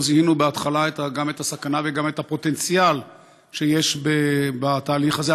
לא זיהינו בהתחלה גם את הסכנה וגם את הפוטנציאל שיש בתהליך הזה.